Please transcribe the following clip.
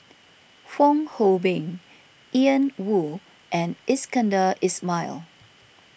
Fong Hoe Beng Ian Woo and Iskandar Ismail